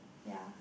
ya